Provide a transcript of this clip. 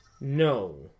No